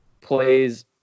plays